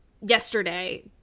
yesterday